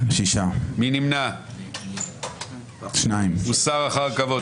מצביעים על הרוויזיות